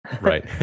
Right